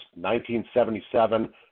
1977